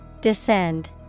Descend